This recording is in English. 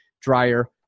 dryer